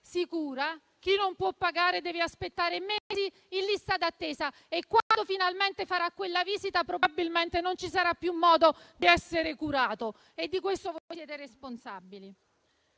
mentre chi non può pagare deve aspettare mesi in lista d'attesa e, quando finalmente farà quella visita, probabilmente non avrà più modo di essere curato. Di questo voi siete responsabili.